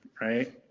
right